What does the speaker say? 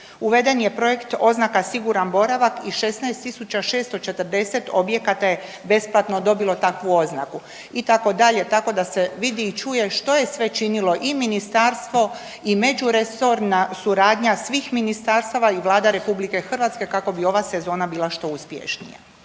Uveden je projekt oznaka „siguran boravak“ i 16640 objekata je besplatno dobilo takvu oznaku itd. Tako da se vidi i čuje što je sve činilo i ministarstvo i međuresorna suradnja svih ministarstava i Vlada RH kako bi ova sezona bila što uspješnija.